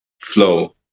flow